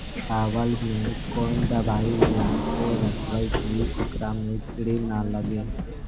चावल में कोन दबाइ मिला के रखबै कि ओकरा में किड़ी ल लगे?